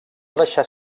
deixar